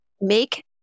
make